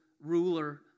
ruler